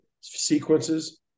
sequences